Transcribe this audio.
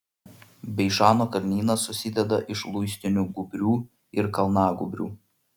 beišano kalnynas susideda iš luistinių gūbrių ir kalnagūbrių